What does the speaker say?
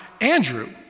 Andrew